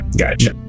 gotcha